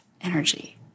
energy